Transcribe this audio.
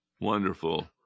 wonderful